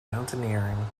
mountaineering